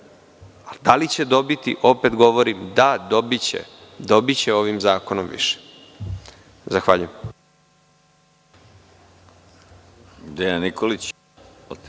li će dobiti? Opet govorim, da, dobiće, dobiće ovim zakonom više. Zahvaljujem.